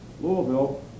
Louisville